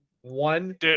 one